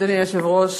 אדוני היושב-ראש,